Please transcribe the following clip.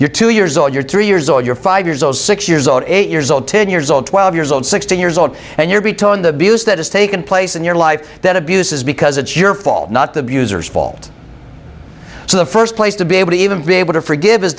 you're two years old you're three years old you're five years old six years old eight years old ten years old twelve years old sixteen years old and you're beaten the abuse that has taken place in your life that abuse is because it's your fault not the views or fault so the first place to be able to even be able to forgive is